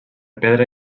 pedra